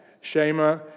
Shema